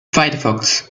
firefox